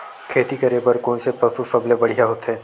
खेती करे बर कोन से पशु सबले बढ़िया होथे?